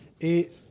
Et